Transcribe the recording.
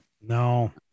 no